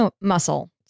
muscle